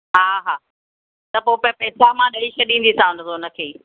हा हा त पोइ उते पेसा मां ॾेई छ्ॾींदीसांव हुनखे ई